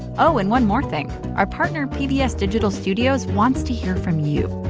oh and one more thing. our partner pbs digital studios wants to hear from you.